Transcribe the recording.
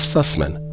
Sussman